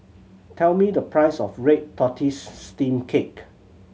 tell me the price of red tortoise steamed cake